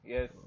Yes